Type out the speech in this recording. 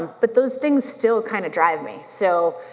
but those things still kind of drive me. so,